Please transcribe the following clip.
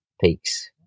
Peaks